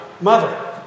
mother